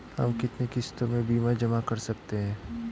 हम कितनी किश्तों में बीमा जमा कर सकते हैं?